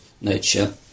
nature